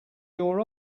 your